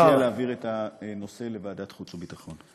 אני מציע להעביר את הנושא לוועדת חוץ וביטחון.